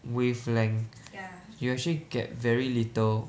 wavelength you actually get very little